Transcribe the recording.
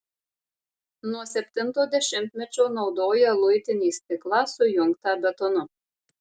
nuo septinto dešimtmečio naudoja luitinį stiklą sujungtą betonu